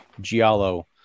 Giallo